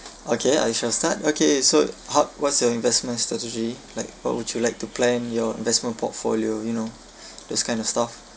okay I shall start okay so how what's your investment strategy like what would you like to plan your investment portfolio you know those kind of stuff